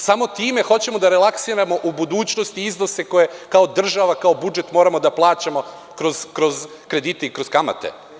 Samo time hoćemo da relaksiramo u budućnosti iznose koje kao država, kao budžet moramo da plaćamo kroz kredite i kroz kamate.